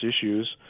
issues